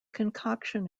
concoction